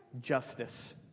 justice